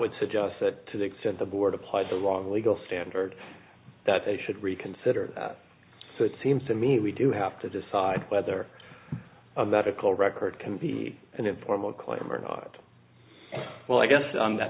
would suggest to the extent the board applied the wrong legal standard that they should reconsider that so it seems to me we do have to decide whether a medical record can be an informal claim or not well i guess that